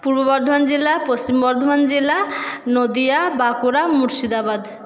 পূর্ব বর্ধমান জেলা পশ্চিম বর্ধমান জেলা নদিয়া বাঁকুড়া মুর্শিদাবাদ